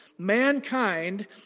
Mankind